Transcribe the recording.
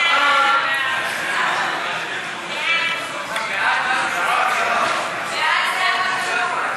ההצעה להעביר את הצעת חוק שירותי רווחה